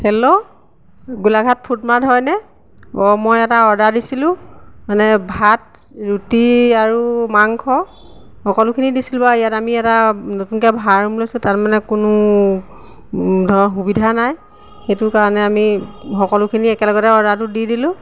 hello Golaghat food mart হয়নে অঁ মই এটা অৰ্ডাৰ দিছিলোঁ মানে ভাত ৰুটি আৰু মাংস সকলোখিনি দিছিলোঁ বাৰু ইয়াত আমি এটা নতুনকৈ ভাড়া ৰূম লৈছোঁ তাৰমানে কোনো ধৰ সুবিধা নাই সেইটো কাৰণে আমি সকলোখিনি একেলগতে অৰ্ডাৰটো দি দিলোঁ